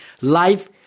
life